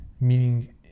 meaning